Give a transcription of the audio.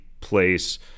place